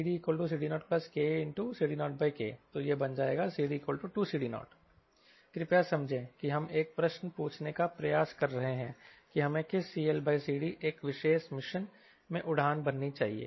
CDCD0KCD0K तो यह बन जाएगा CD2CD0 कृपया समझे कि हम एक प्रश्न पूछने का प्रयास कर रहे हैं कि हमें किस CLCD एक विशेष मिशन में उड़ान भरनी चाहिए